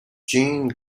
gene